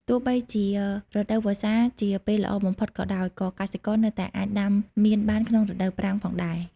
ទោះបីជារដូវវស្សាជាពេលល្អបំផុតក៏ដោយ ក៏កសិករនៅតែអាចដាំមៀនបានក្នុងរដូវប្រាំងផងដែរ។